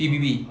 P_B_B